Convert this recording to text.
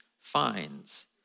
finds